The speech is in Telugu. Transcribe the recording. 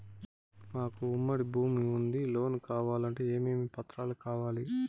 మాకు ఉమ్మడి భూమి ఉంది లోను కావాలంటే ఏమేమి పత్రాలు కావాలి?